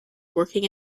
working